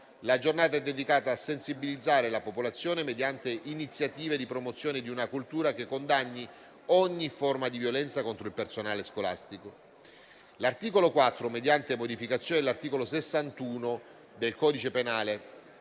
La Giornata è dedicata a sensibilizzare la popolazione mediante iniziative di promozione di una cultura che condanni ogni forma di violenza contro il personale scolastico. L'articolo 4, mediante modificazione dell'articolo 61 del codice penale